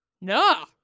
no